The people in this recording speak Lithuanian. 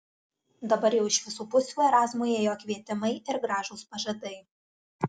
dabar jau iš visų pusių erazmui ėjo kvietimai ir gražūs pažadai